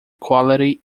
quality